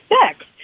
sex